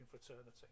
fraternity